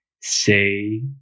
say